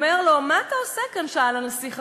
"מה אתה עושה כאן?" שאל הנסיך הקטן.